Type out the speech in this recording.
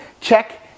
check